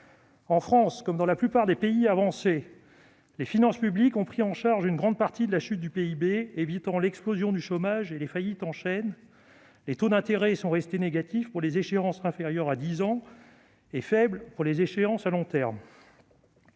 En France, comme dans la plupart des pays avancés, les finances publiques ont pris en charge une grande partie des dépenses à la suite de la chute du PIB. L'explosion du chômage ou les faillites en chaîne ont ainsi été évitées. Les taux d'intérêt sont restés négatifs pour les échéances inférieures à dix ans et faibles pour les échéances à long terme.